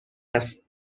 است